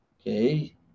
okay